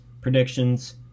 predictions